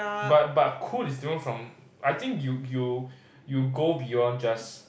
but but cool it's different from I think you you you go beyond just